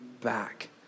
back